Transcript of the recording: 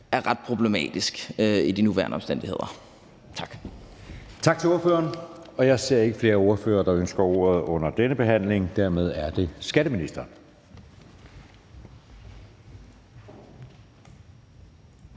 er ret problematisk under de nuværende omstændigheder. Tak.